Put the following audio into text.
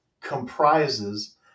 comprises